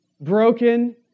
broken